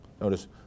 Notice